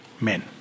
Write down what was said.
men